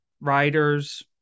writers